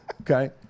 Okay